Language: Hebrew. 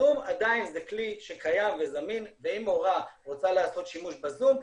הזום עדיין זה כלי שקיים וזמין ואם מורה רוצה לעשות שימוש בזום,